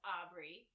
Aubrey